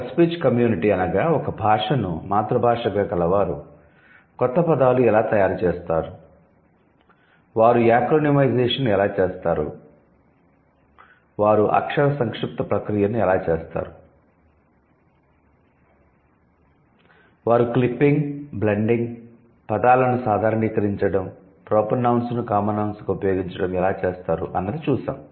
ఒక speech community అనగా ఒక భాషను మాతృ భాషగా కలవారు కొత్త పదాలు ఎలా తయారు చేస్తారు వారు యాక్రోనిమైజేషన్ ఎలా చేస్తారు వారు అక్షర సంక్షిప్త ప్రక్రియను ఎలా చేస్తారు వారు క్లిప్పింగ్ బ్లెండింగ్ పదాలను సాధారణీకరించడం ప్రొపర్ నౌన్స్ ను కామన్ నౌన్స్ గా ఉపయోగించడం ఎలా చేస్తారు అన్నది చూసాం